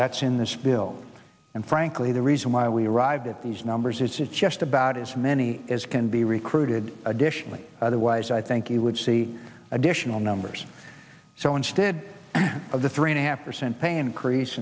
that's in this bill and frankly the reason why we arrived at these numbers is it's just about as many as can be recruited additionally otherwise i think you would see additional numbers so instead of the three and a half percent pay increase